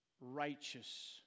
righteous